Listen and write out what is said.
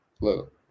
look